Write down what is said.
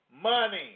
money